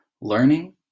learning